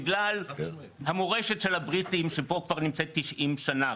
בגלל המורשת של הבריטים שפה כבר נמצאת 90 שנה.